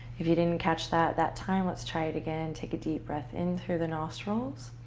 if you didn't catch that that time, let's try it again. take a deep breath in through the nostrils